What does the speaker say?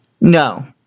No